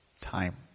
time